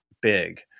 big